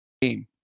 game